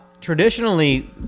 traditionally